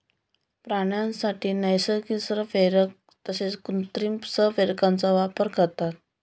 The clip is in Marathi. प्राण्यांसाठी नैसर्गिक संप्रेरक तसेच कृत्रिम संप्रेरकांचा वापर करतात